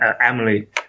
Emily